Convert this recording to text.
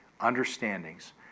understandings